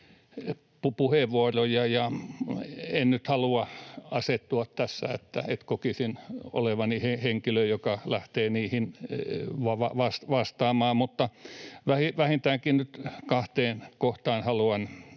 puheenvuoroja, ja en nyt halua asettua tässä niin, että kokisin olevani henkilö, joka lähtee niihin vastaamaan, mutta vähintäänkin nyt kahteen kohtaan haluan